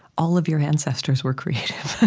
all of your ancestors were creative